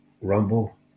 Rumble